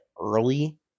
early